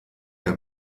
der